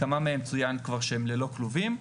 כמה מהם צויין כבר שהם ללא כלובים.